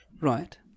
Right